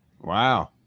Wow